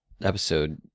episode